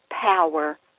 power